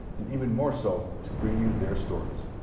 and even more so to bring you their stories.